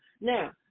Now